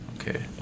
Okay